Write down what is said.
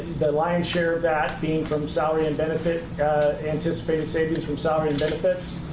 the lion's share of that being from salary and benefit anticipated savings from salary and benefits.